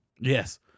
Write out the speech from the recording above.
Yes